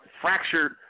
fractured